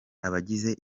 abagize